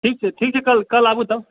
ठीक छै ठीक छै कल कल आबू तब